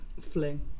fling